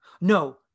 No